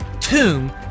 tomb